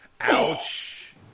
Ouch